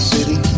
City